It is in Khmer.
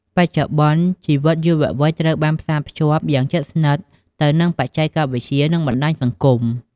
បច្ចុប្បន្ន ជីវិតយុវវ័យត្រូវបានផ្សារភ្ជាប់យ៉ាងជិតស្និទ្ធទៅនឹងបច្ចេកវិទ្យា និងបណ្ដាញសង្គម។